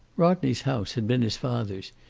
rodney's house had been his father's.